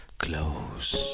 close